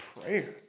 prayer